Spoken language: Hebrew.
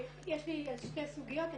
יש לי שתי סוגיות.